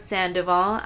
Sandoval